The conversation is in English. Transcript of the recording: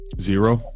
Zero